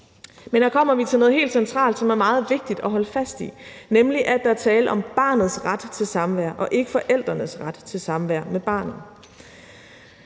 Men her kommer vi til noget helt centralt, som er meget vigtigt at holde fast i, nemlig at der er tale om barnets ret til samvær og ikke forældrenes ret til samvær med barnet.